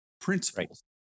principles